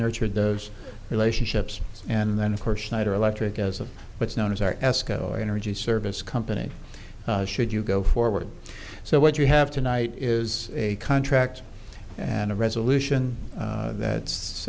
nurtured those relationships and then of course knight or electric as of what's known as our esko energy service company should you go forward so what you have tonight is a contract and a resolution that's